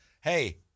Hey